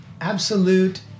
Absolute